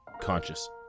conscious